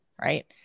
Right